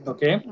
Okay